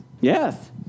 Yes